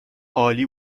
عالی